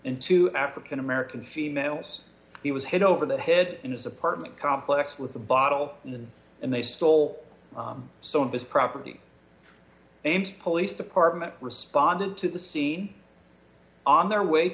and two african american females he was hit over the head in his apartment complex with a bottle in them and they stole so his property and police department responded to the scene on their way